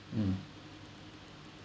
mm